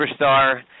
superstar